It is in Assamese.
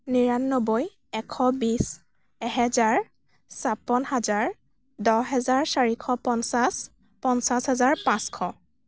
নিৰান্নবৈ এশ বিছ এহেজাৰ ছাপন্ন হাজাৰ দহ হেজাৰ চাৰিশ পঞ্চাছ পঞ্চাছ হাজাৰ পাঁচশ